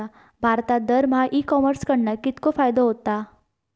भारतात दरमहा e commerce कडणा कितको फायदो होता?